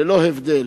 ללא הבדל.